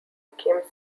became